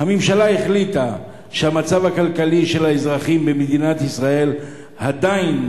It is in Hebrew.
הממשלה החליטה שהמצב הכלכלי של האזרחים במדינת ישראל עדיין